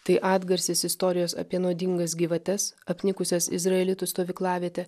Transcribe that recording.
tai atgarsis istorijos apie nuodingas gyvates apnikusias izraelitų stovyklavietę